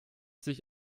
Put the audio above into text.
sich